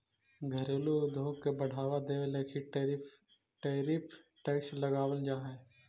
घरेलू उद्योग के बढ़ावा देवे लगी टैरिफ टैक्स लगावाल जा हई